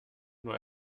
nur